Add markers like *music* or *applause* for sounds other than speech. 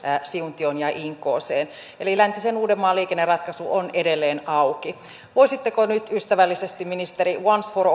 siuntioon ja inkooseen eli läntisen uudenmaan liikenneratkaisu on edelleen auki voisitteko nyt ystävällisesti ministeri once for *unintelligible*